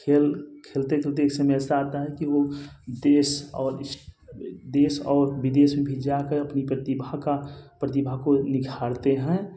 और खेल खेलते खेलते एक समय ऐसा आता है कि वो देश और इस देश और विदेश भी जा कर अपनी प्रतिभा का प्रतिभा को निखारते हैं